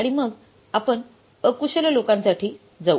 आणि मग आपण अकुशल लोकांसाठी जाऊ